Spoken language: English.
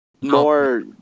more